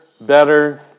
better